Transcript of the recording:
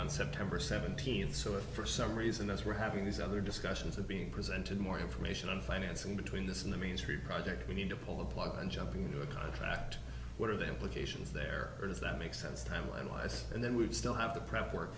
on september seventeenth so if for some reason as we're having these other discussions are being presented more information on financing between this and the means three project we need to pull the plug on jumping into a contract what are the implications there or does that make sense timeline wise and then we'd still have the prep work